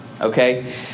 Okay